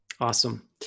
Awesome